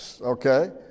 Okay